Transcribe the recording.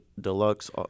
deluxe